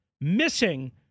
Missing